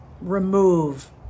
remove